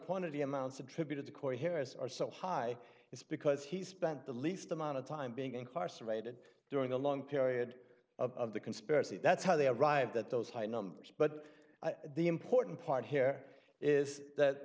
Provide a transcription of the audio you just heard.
quantity amounts attributed to court hearings are so high is because he spent the least amount of time being incarcerated during a long period of the conspiracy that's how they arrived at those high numbers but the important part here is that